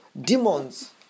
Demons